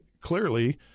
clearly